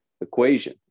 equation